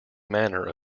manner